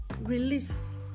release